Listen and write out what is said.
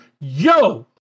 Yo